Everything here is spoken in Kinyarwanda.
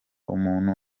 umuntu